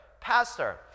pastor